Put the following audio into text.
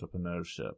entrepreneurship